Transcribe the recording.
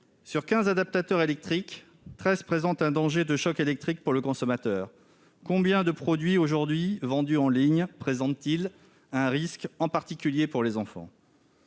Sur 15 adaptateurs électriques, 13 présentent un danger de choc électrique pour le consommateur. Combien de produits, qui sont aujourd'hui vendus en ligne, présentent un risque, en particulier pour les enfants ?